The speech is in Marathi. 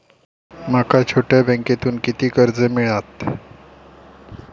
माका छोट्या बँकेतून किती कर्ज मिळात?